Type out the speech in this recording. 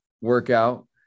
workout